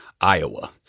Iowa